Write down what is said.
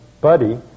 buddy